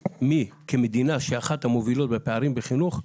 במדינה שהיא אחת המובילות בפערים בחינוך,